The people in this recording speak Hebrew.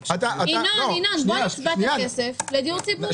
ינון, בוא נצבע את הכסף לדיור ציבורי.